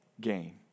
gain